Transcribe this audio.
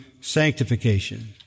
sanctification